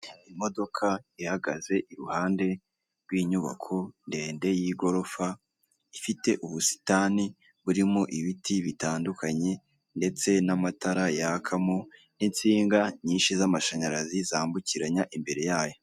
Imodoka ihagaze iruhande rw'inyubako ndende y'igorofa, ifite ubusitani burimo ibiti bitandukanye, ndetse n'amatara yakamo n'insinga nyinshi z'amashanyarazi zambukiranya imbere yayo.